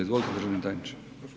Izvolite državni tajniče.